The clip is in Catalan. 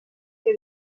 que